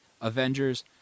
Avengers